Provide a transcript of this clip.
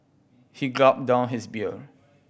he gulped down his beer